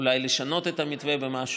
אולי לשנות את המתווה במשהו,